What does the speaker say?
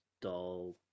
dull